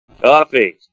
Coffee